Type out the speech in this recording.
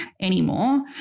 anymore